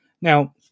Now